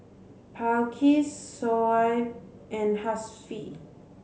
Balqis Shoaib and Hasif